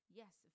yes